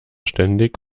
ständig